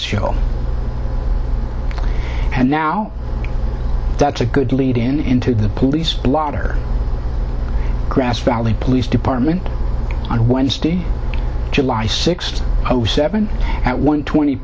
show and now that's a good lead in into the police blotter grass valley police department on wednesday july sixth over seven at one twenty